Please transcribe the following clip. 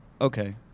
okay